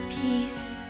peace